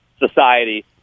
Society